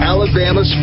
Alabama